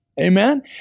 Amen